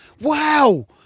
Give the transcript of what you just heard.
wow